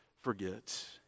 forget